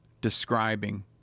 describing